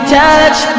touch